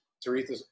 Teresa